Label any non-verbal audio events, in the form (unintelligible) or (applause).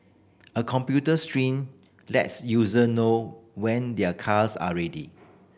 a computer (unintelligible) lets user know when their cars are ready